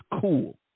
cool